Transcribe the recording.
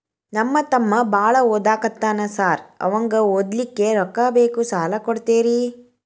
ನಮ್ಮ ತಮ್ಮ ಬಾಳ ಓದಾಕತ್ತನ ಸಾರ್ ಅವಂಗ ಓದ್ಲಿಕ್ಕೆ ರೊಕ್ಕ ಬೇಕು ಸಾಲ ಕೊಡ್ತೇರಿ?